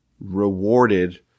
rewarded